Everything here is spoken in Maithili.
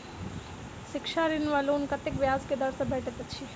शिक्षा ऋण वा लोन कतेक ब्याज केँ दर सँ भेटैत अछि?